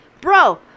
Bro